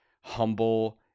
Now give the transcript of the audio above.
humble